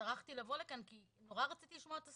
וטרחתי לבוא לכאן כי נורא רציתי לשמוע את הסטטוס.